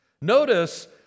Notice